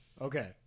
Okay